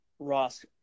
Ross